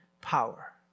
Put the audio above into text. power